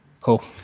Cool